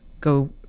Go